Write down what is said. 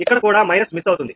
ఇక్కడ కూడా మైనస్ కనబడలేదు